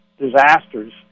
disasters